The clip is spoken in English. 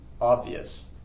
obvious